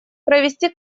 провести